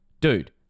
dude